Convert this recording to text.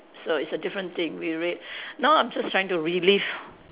so it's a different thing we wait now I'm just trying to relive